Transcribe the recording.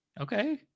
Okay